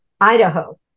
Idaho